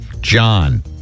John